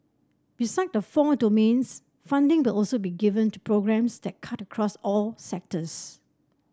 beside the four domains funding will also be given to programmes that cut across all sectors